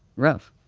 rough.